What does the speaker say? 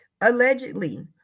allegedly